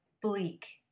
bleak